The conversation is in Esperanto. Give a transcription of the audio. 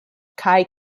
kaj